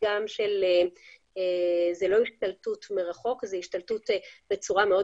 זאת לא השתלטות מרחוק אלא זו השתלטות בצורה מאוד